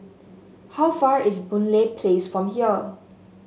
how far is Boon Lay Place from here